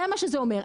זה מה שזה אומר.